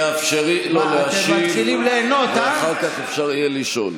תאפשרי לו להשיב ואחר כך אפשר יהיה לשאול.